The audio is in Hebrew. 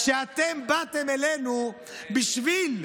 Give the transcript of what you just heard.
כשאתם באתם אלינו בשביל,